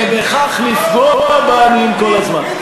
ובכך לפגוע בעניים כל הזמן?